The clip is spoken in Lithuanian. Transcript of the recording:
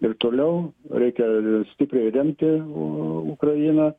ir toliau reikia stipriai remti ukrainą